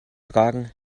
tragen